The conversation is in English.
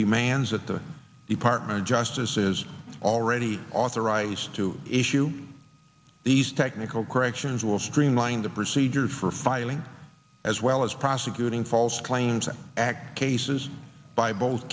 demands that the department of justice is already authorized to issue these technical corrections will streamline the procedures for filing as well as prosecuting false claims act cases b